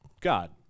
God